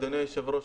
אדוני היושב-ראש,